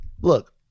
Look